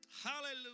Hallelujah